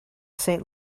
saint